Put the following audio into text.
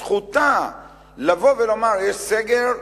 זכותה לבוא ולומר: יש סגר.